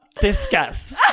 discuss